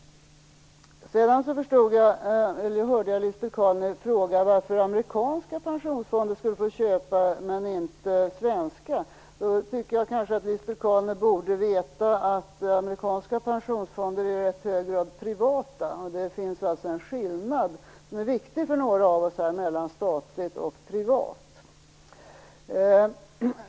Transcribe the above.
Jag hörde Lisbet Calner fråga varför amerikanska pensionsfonder skulle få köpa, men inte svenska. Jag tycker kanske att hon borde veta att amerikanska pensionsfonder i rätt hög grad är privata. Det finns alltså en skillnad, som är viktig för några av oss här, mellan statligt och privat.